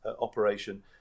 operation